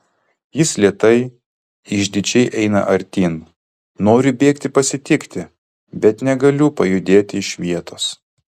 jis lėtai išdidžiai eina artyn noriu bėgti pasitikti bet negaliu pajudėti iš vietos